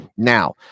Now